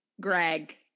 Greg